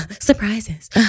surprises